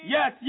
Yes